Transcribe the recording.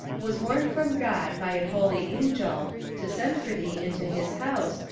was warned from god by an holy angel to send for thee into his house,